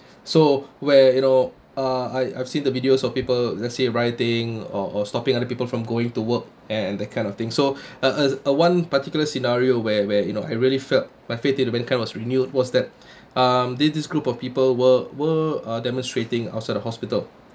so where you know uh I I've seen the videos of people let's say writing or or stopping other people from going to work and that kind of thing so uh as uh one particular scenario where where you know I really felt my faith to mankind was renewed was that um there's this group of people were were uh demonstrating outside the hospital